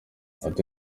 ati